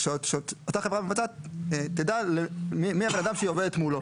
שאותה חברה מבצעת תדע מי הבן אדם שהיא עובדת מולו.